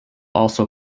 also